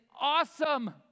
awesome